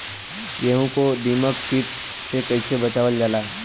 गेहूँ को दिमक किट से कइसे बचावल जाला?